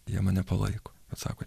jie mane palaiko atsako